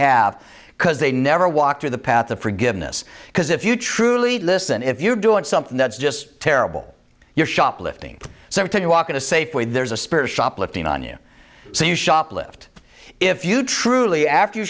have because they never walk through the path of forgiveness because if you truly listen if you're doing something that's just terrible you're shoplifting so when you walk in a safe way there's a spirit shoplifting on you so you shoplift if you truly after you